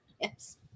Yes